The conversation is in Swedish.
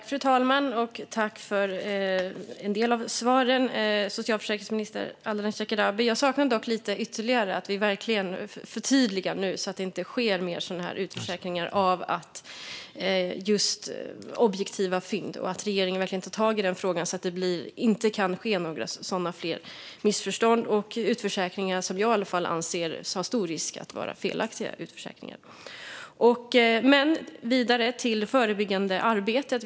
Fru talman! Jag tackar för en del av svaren, socialförsäkringsminister Ardalan Shekarabi. Jag saknar dock lite, nämligen att vi verkligen förtydligar nu så att det inte sker fler utförsäkringar när det gäller objektiva fynd och att regeringen tar tag i frågan så att det inte sker några fler sådana missförstånd och utförsäkringar som i alla fall jag anser löper stor risk att vara felaktiga. Vi går vidare till det förebyggande arbetet.